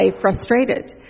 frustrated